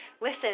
Listen